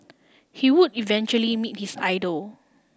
he would eventually meet his idol